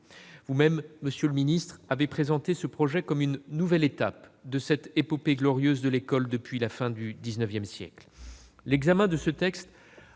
Vous-même, monsieur le ministre, avez présenté ce projet de loi comme « une nouvelle étape de cette épopée glorieuse de l'école depuis la fin du XIX siècle ». L'examen de ce texte